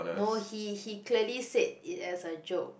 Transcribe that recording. no he he clearly said it as a joke